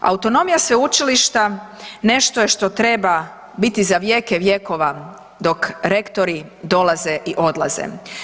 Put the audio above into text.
Autonomija sveučilišta nešto je što treba biti za vjeke vjekova dok rektori dolaze i odlaze.